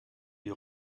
die